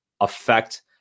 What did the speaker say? affect